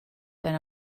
been